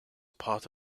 part